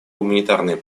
гуманитарной